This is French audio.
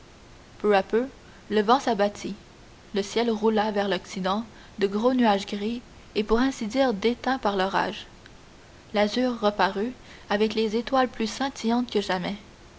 peu à peu le vent s'abattit le ciel roula vers l'occident de gros nuages gris et pour ainsi dire déteints par l'orage l'azur reparut avec les étoiles plus scintillantes que jamais